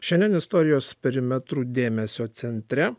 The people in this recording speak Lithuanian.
šiandien istorijos perimetrų dėmesio centre